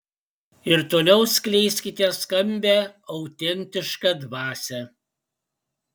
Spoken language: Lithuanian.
ir toliau skleiskite skambią autentišką dvasią